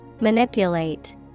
Manipulate